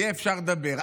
יהיה אפשר לדבר.